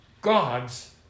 God's